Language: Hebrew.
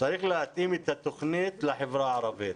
את התוכנית לחברה הערבית.